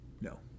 No